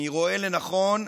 אני רואה לנכון,